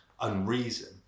unreason